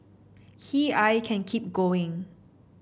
he I can keep going